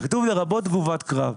כתוב לרבות תגובת קרב.